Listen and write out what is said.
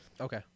Okay